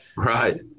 right